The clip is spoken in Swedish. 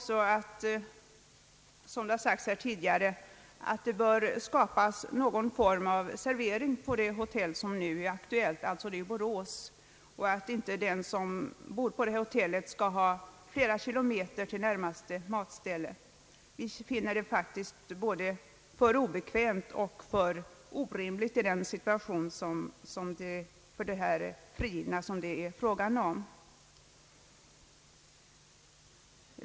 Som det har sagts här tidigare skulle det vara en fördel om man kunde ordna servering av mat på det aktuella hotellet i Borås, så att inte den som bor där skall ha flera kilometer till närmaste matställe. Detta är både obekvämt och orimligt i den frigivnes situation.